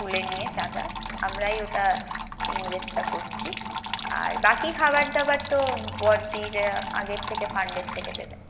তুলে নিয়ে চাঁদা আমারাই ওটা ইনভেস্টটা করছি আর বাকি খাবার দাবার তো বড়দির আগের থেকে ফান্ডের থেকে দেবেন